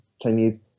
Chinese